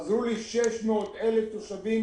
עזרו ל-600,000 תושבים